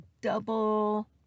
double